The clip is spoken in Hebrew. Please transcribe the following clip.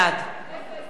בעד איזה הישג,